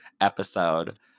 episode